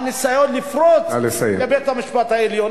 הניסיון לפרוץ לבית המשפט-העליון?